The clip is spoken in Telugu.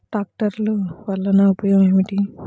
ట్రాక్టర్లు వల్లన ఉపయోగం ఏమిటీ?